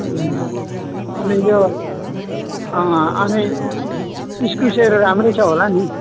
अँ तपाईको अँ अनि इस्कुसहरू राम्रै छ होला नि